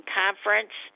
conference